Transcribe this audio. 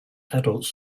adults